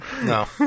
No